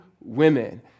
women